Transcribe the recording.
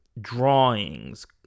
drawings